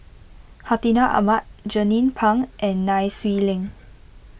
Hartinah Ahmad Jernnine Pang and Nai Swee Leng